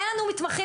אין לנו מתמחים,